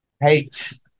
Hate